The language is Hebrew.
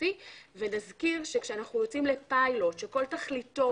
ונסביר שכשאנחנו יוצאים לפילוט שכל תכליתו